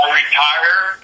retire